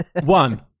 One